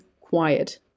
quiet